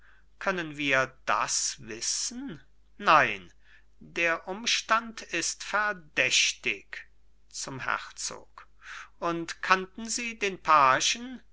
können wir das wissen nein der umstand ist verdächtig zum herzog und kannten sie den pagen